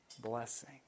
blessing